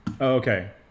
okay